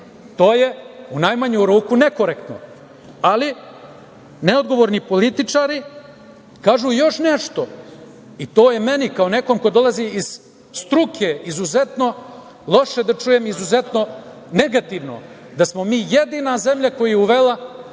To je u najmanju ruku nekorektno. Ali, neodgovorni političari kažu još nešto, i to je meni, kao nekom ko dolazi iz struke, izuzetno loše da čujem, izuzetno negativno, da smo mi jedina zemlja koja je uvela